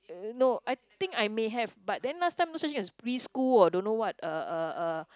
no I think I may have but then there's no such thing as preschool or don't know what uh uh uh